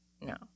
No